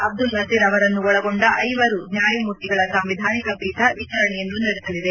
ಅಬ್ದುಲ್ ನಜೀರ್ ಅವರನ್ನು ಒಳಗೊಂಡ ಐವರು ನ್ಡಾಯಮೂರ್ತಿಗಳ ಸಾಂವಿಧಾನಿಕ ಪೀಠ ವಿಚಾರಣೆಯನ್ನು ನಡೆಸಲಿದೆ